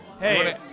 Hey